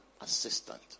assistant